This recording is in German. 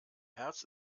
herz